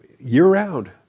Year-round